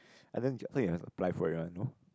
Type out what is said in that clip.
and then apply for it one no